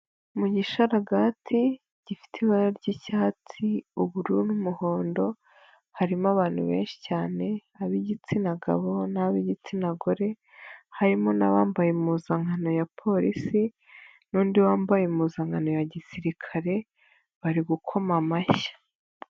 Mu gisharagati gifite ibara ry'icyatsi ubururu n'umuhondo, harimo abantu benshi cyane ab'igitsina gabo n'ab'igitsina gore, harimo n'abambaye impuzankano ya polisi, n'undi wambaye impuzankano ya gisirikare, bari gukoma amashyi.